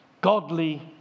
Godly